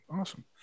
Awesome